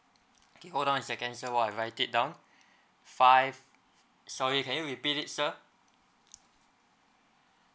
okay hold on a second sir while I write it down five sorry can you repeat it sir